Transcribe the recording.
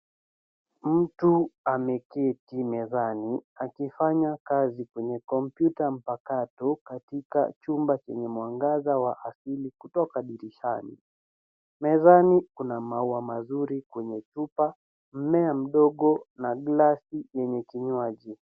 Mtu ameketi mezani akifanya kazi kwenye kompyuta mpakato katika chumba chenye mwangaza wa asili kutoka dirishani, mezani kuna maua mazuri kwenye chupa, mmea mdogo na glasi yenye kinywaji.